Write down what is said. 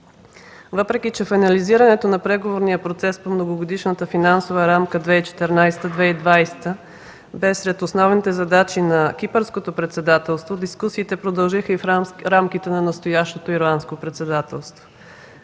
Въпреки че финализирането на преговорния процес по Многогодишната финансова рамка 2014-2020 г. бе сред основните задачи на Кипърското председателство, дискусиите продължиха и в рамките на настоящото Ирландско председателство.